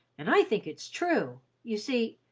and i think it's true. you see,